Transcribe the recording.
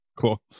Cool